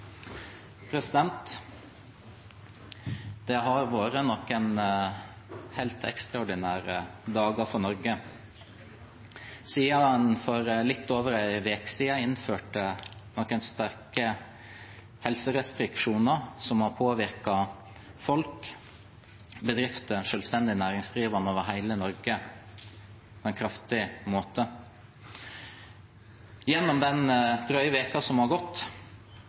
minutter. Det har vært noen helt ekstraordinære dager for Norge siden en for litt over en uke siden innførte noen sterke helserestriksjoner som har påvirket folk, bedrifter og selvstendig næringsdrivende over hele Norge på en kraftig måte. Gjennom den drøye uken som har gått,